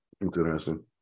interesting